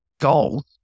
goals